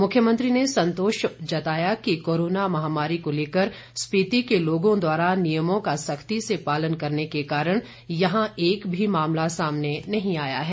मुख्यमंत्री ने संतोष व्यक्ति किया कि कोरोना महामारी को लेकर स्पीति के लोगों द्वारा नियमों का सख्ती से पालन करने के कारण यहां एक भी मामला सामने नहीं आया है